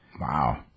Wow